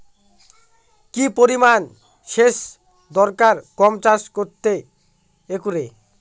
কি পরিমান সেচ দরকার গম চাষ করতে একরে?